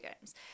games